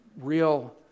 real